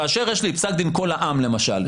כאשר יש לי פסק דין "קול העם" למשל,